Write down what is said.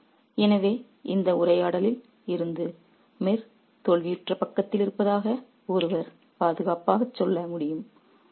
'எனவே இந்த உரையாடலில் இருந்து மிர் தோல்வியுற்ற பக்கத்தில் இருப்பதாக ஒருவர் பாதுகாப்பாக சொல்ல முடியும்